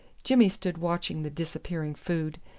jimmy stood watching the disappearing food,